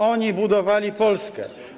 Oni budowali Polskę.